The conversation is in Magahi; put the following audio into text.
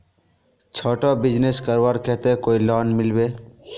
छोटो बिजनेस करवार केते कोई लोन मिलबे?